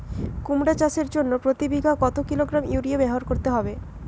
কুমড়ো চাষের জন্য প্রতি বিঘা কত কিলোগ্রাম ইউরিয়া ব্যবহার করতে হবে?